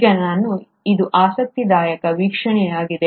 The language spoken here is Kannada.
ಈಗ ಇದು ಆಸಕ್ತಿದಾಯಕ ವೀಕ್ಷಣೆಯಾಗಿದೆ